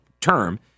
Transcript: term